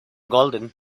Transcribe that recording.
golden